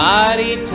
mighty